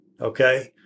Okay